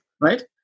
Right